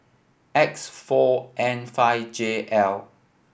X four N five J L